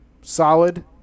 solid